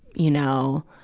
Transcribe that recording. you know,